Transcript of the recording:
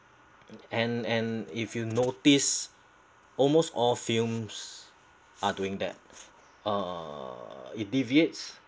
and and if you notice almost all films are doing that uh it deviates